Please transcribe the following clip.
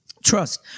Trust